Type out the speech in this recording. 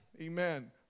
amen